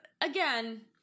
again